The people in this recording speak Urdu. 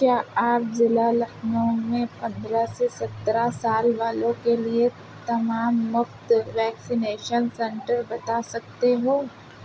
کیا آپ ضلع لکھنؤ میں پندرہ سے سترہ سال والوں کے لیے تمام مفت ویکسینیشن سنٹر بتا سکتے ہو